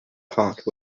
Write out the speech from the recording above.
park